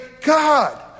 God